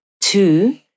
Two